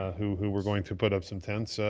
ah who who we're going to put up some tents,